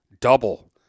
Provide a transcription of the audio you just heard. double